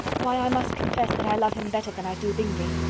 why, i must confess that i love him better than i do bingley.